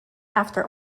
after